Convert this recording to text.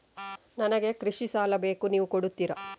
ನನಗೆ ಕೃಷಿ ಸಾಲ ಬೇಕು ನೀವು ಕೊಡ್ತೀರಾ?